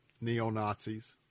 neo-Nazis